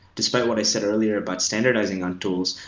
despite what i said earlier about standardizing on tools,